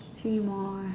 three more